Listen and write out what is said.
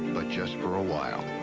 but just for a while.